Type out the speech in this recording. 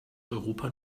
europa